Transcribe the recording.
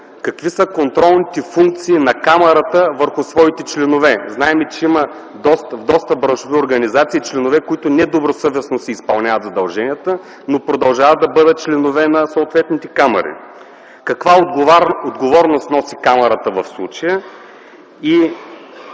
какви са контролните функции на Камарата върху нейните членове? Знаем, че в доста браншови организации има членове, които недобросъвестно си изпълняват задълженията, но продължават да бъдат членове на съответните камари. Каква отговорност носи Камарата в случая